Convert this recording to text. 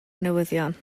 newyddion